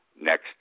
next